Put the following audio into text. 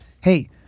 hey